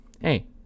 hey